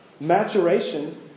Maturation